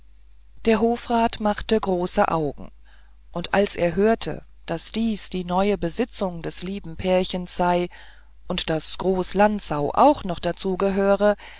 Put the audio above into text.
der hofrat machte große augen und als er hörte daß dies die neue besitzung des lieben pärchens sei und daß groß lanzau auch noch dazu gehöre